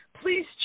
Please